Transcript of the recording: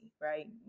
right